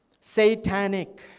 satanic